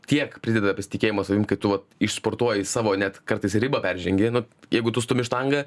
tiek prideda pasitikėjimo savim kai tu va išsportuoji savo net kartais ribą peržengi nu jeigu tu stumi štangą